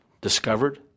discovered